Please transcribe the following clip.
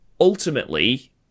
Ultimately